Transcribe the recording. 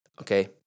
okay